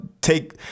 take